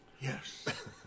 Yes